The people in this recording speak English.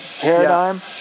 paradigm